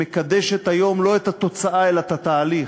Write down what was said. שמקדשת היום לא את התוצאה אלא את התהליך.